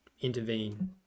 intervene